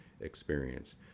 experience